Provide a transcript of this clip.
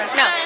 no